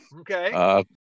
Okay